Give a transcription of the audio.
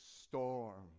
storm